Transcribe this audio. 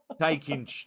Taking